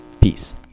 Peace